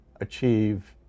achieve